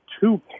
two